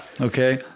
okay